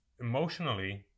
emotionally